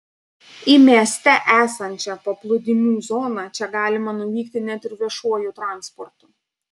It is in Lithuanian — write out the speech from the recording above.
į mieste esančią paplūdimių zoną čia galima nuvykti net ir viešuoju transportu